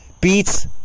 beats